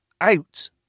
out